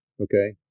Okay